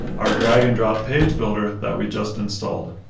our drag-and-drop page builder that we just installed.